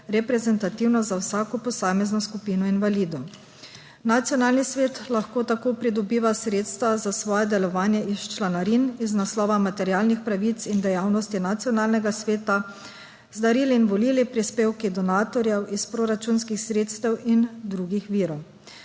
reprezentativnost za vsako posamezno skupino invalidov. Nacionalni svet lahko tako pridobiva sredstva za svoje delovanje iz članarin iz naslova materialnih pravic in dejavnosti nacionalnega sveta, z darili in volilnimi prispevki donatorjev, iz proračunskih sredstev in drugih virov.